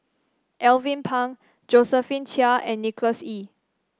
Alvin Pang Josephine Chia and Nicholas Ee